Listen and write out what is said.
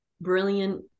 brilliant